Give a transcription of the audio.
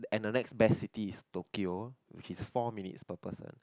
and the next best city is Tokyo which is four minutes per person